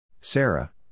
Sarah